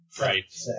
Right